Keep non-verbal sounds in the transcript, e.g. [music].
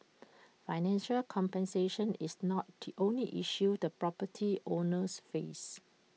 financial compensation is not [unintelligible] the only issue the property owners face